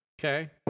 okay